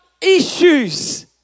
issues